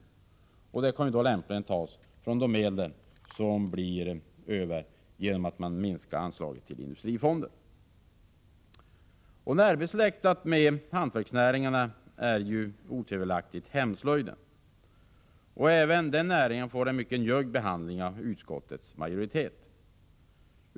Dessa pengar kan lämpligen tas från de medel som blir över genom att man minskar anslaget till Industrifonden. Närbesläktad med hantverksnäringarna är otvivelaktigt hemslöjden. Även den näringen får en mycket njugg behandling av utskottets majoritet.